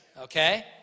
Okay